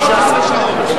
בסדר.